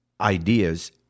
ideas